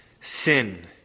sin